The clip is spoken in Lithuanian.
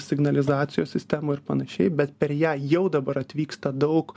signalizacijos sistemų ir panašiai bet per ją jau dabar atvyksta daug